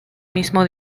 mismo